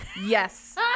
Yes